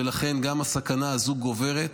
ולכן גם הסכנה הזו גוברת.